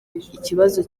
ikibazo